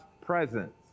presence